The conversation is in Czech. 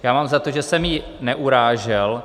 Mám za to, že jsem ji neurážel.